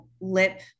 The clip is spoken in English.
lip